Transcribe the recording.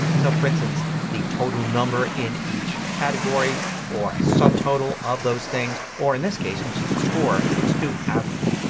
so for instance the total number in each category or a subtotal of those things or in this case, since it's a score, let's do average.